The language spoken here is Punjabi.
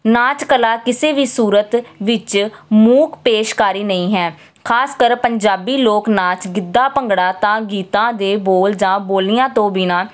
ਨਾਚ ਕਲਾ ਕਿਸੇ ਵੀ ਸੂਰਤ ਵਿੱਚ ਮੋਕ ਪੇਸ਼ਕਾਰੀ ਨਹੀਂ ਹੈ ਖਾਸ ਕਰ ਪੰਜਾਬੀ ਲੋਕ ਨਾਚ ਗਿੱਧਾਂ ਭੰਗੜਾ ਤਾਂ ਗੀਤਾਂ ਦੇ ਬੋਲ ਜਾਂ ਬੋਲੀਆਂ ਤੋਂ ਬਿਨਾਂ